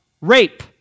rape